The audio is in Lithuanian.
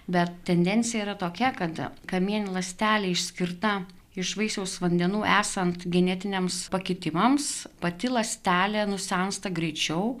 bet tendencija yra tokia kad kamieninė ląstelė išskirta iš vaisiaus vandenų esant genetiniams pakitimams pati ląstelė nusensta greičiau